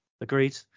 Agreed